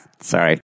Sorry